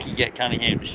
get cunningham